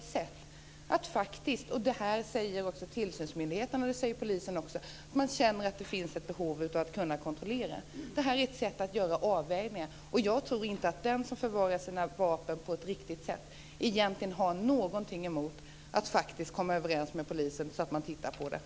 Både tillsynsmyndigheterna och polisen säger detta: Man känner att det finns ett behov av att kunna kontrollera. Det här är ett sätt att göra avvägningar. Och jag tror inte att den som förvarar sina vapen på ett riktigt sätt egentligen har någonting emot att komma överens med polisen om att polisen tittar på detta.